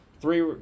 three